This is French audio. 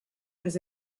les